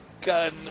Gun